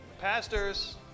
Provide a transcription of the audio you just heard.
pastors